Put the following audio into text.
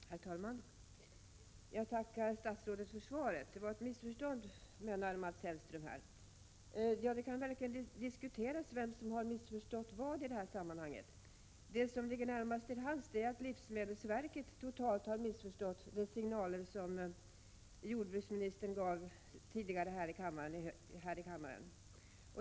Herr talman! Jag tackar statsrådet för svaret. Det var ett missförstånd mellan Mats Hellström och mig. Det kan verkligen diskuteras vem som har missförstått vad i detta sammanhang. Det som ligger närmast till hands är att livsmedelsverket totalt har missförstått de signaler som jordbruksministern gav tidigare här i kammaren.